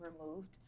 removed